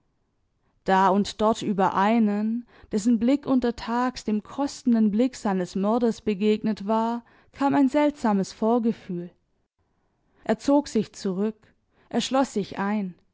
da und dort über einen dessen blick untertags dem kostenden blick seines mörders begegnet war kam ein seltsames vorgefühl er zog sich zurück er schloß sich ein